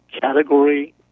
category